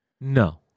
No